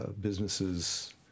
businesses